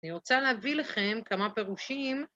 אני רוצה להביא לכם כמה פירושים.